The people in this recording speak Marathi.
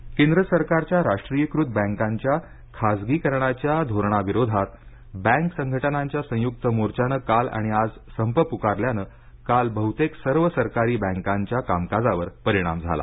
बँका संप केंद्र सरकारच्या राष्ट्रीयीकृत बँकांच्या खासगीकरणाच्या धोरणाविरोधात बँक संघटनांच्या संयुक्त मोर्चानं काल आणि आज संप प्कारल्यानं काल बहुतेक सर्व सरकारी बैंकांच्या कामकाजावर परिणाम झाला